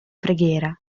preghiera